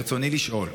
ברצוני לשאול: